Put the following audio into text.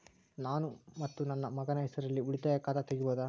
ನಾನು ಮತ್ತು ನನ್ನ ಮಗನ ಹೆಸರಲ್ಲೇ ಉಳಿತಾಯ ಖಾತ ತೆಗಿಬಹುದ?